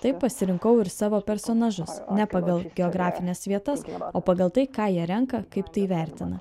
taip pasirinkau ir savo personažus ne pagal geografines vietas o pagal tai ką jie renka kaip tai vertina